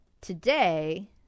today